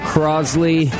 Crosley